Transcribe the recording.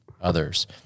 others